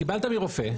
קיבלת מרופא.